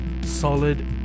Solid